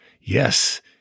Yes